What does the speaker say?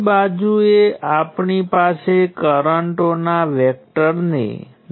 અને બીજું કરંટ પોતે V1 અને V2 પર આધારિત છે